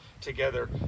together